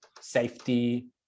safety